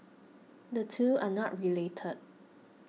the two are not related